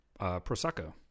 Prosecco